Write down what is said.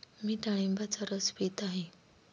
मी डाळिंबाचा रस पीत आहे